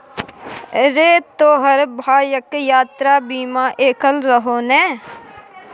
रे तोहर भायक यात्रा बीमा कएल रहौ ने?